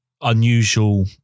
unusual